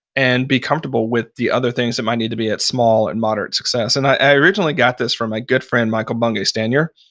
and be comfortable with the other things that might need to be at small and moderate success. and i originally got this from my good friend, michael bungay stanier,